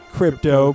crypto